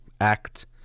act